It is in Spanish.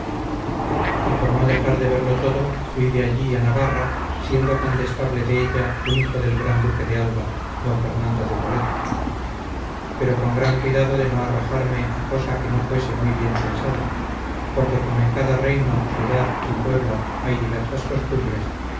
y por no dejar de verlo todo fuí de allí a navarra siendo condestable de ella un hijo del gran duque de alba d fernando de toledo pero con gran cuidado de no arrojarme a cosa que no fuese muy bien pensada porque como en cada reino ciudad y pueblo hay diversas costumbres